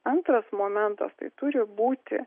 antras momentas tai turi būti